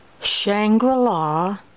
Shangri-La